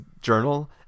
journal